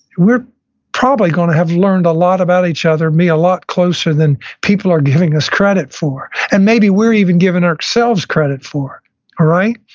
we're probably going to have learned a lot about each other, be a lot closer than people are giving us credit for and maybe we're even giving ourselves credit for. all right?